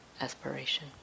aspiration